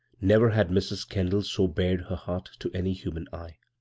never had mrs. kendall so bared her heart to any human eye.